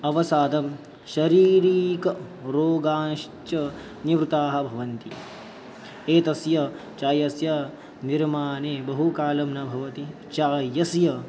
अवसादं शारीरीकरोगाश्च निवृत्ताः भवन्ति एतस्य चायस्य निर्माणे बहुकालः न भवति चायस्य